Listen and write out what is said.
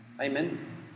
Amen